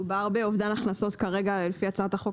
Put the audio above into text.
מדובר באובדן הכנסות לפי הצעת החוק